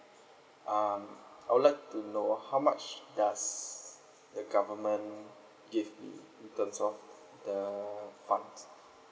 uh I would like to know how much does the government give me in terms of the funds